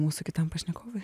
mūsų kitam pašnekovui